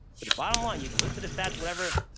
but the bottom line, you can listen to the stats, whatever,